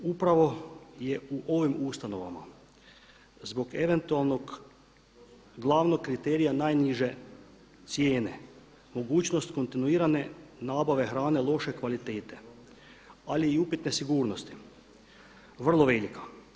Upravo je u ovim ustanovama zbog eventualnog glavnog kriterija najniže cijene, mogućnost kontinuirane nabave hrane loše kvalitete, ali i upitne sigurnosti vrlo velika.